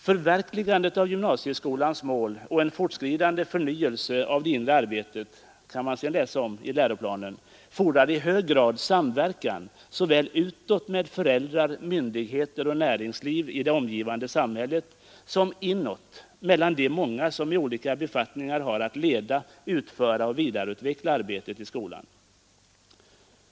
Förverkligandet av gymnasieskolans mål och en fortskridande förnyelse av det inre arbetet, kan man sedan läsa i läroplanen, fordrar i hög grad samverkan såväl utåt med föräldrar, myndigheter och näringsliv i det omgivande samhället, som inåt mellan de många som i olika befattningar har att leda, utföra och vidareutveckla arbetet i skolan.